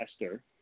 ester